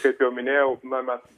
kaip jau minėjau na mes